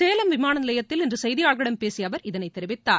சேலம் விமான நிலையத்தில் இன்று செய்தியாளர்களிட ம் பேசிய அவர் இதனைத் தெரிவித்தார்